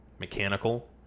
mechanical